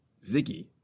Ziggy